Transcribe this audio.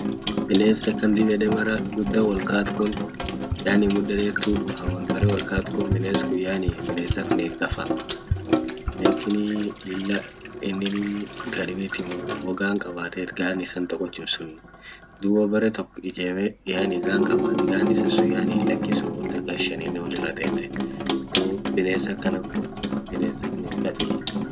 Bines akan dib yede mara guda wolkat kun yani mda dertu fan wol mare wolkat kun bines kun yani bines ak Neqa fa neqini lilla ininii kadibit himuruu ho gan qabatet gan isa tokochum sun dub ho bere tok ijeme yani gan qabat gan isa sun inin hilakisuu hata wo gan shanine wolirra tete dub bines akanan kun bines ak neqati.